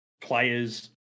players